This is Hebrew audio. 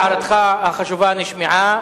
הערתך החשובה נשמעה.